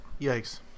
Yikes